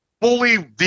fully